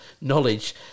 knowledge